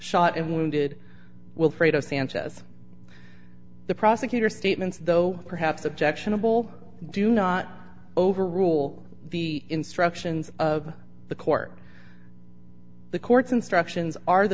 shot and wounded wolf radio sanchez the prosecutor statements though perhaps objectionable do not overrule the instructions of the court the court's instructions are the